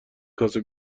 کاسه